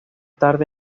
tarde